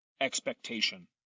expectation